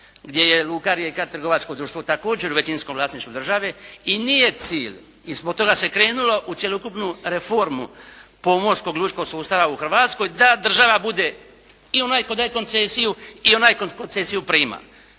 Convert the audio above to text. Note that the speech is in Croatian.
gdje je Luka Rijeka trgovačko društvo također u većinskim vlasništvu države i nije cilj i zbog toga se krenulo u cjelokupnu reformu pomorskog lučkog sustava u Hrvatskoj, da država bude, i onaj tko daje koncesiju i onaj koji koncesiju prima.